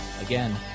Again